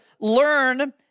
learn